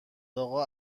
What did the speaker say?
اقا